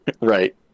right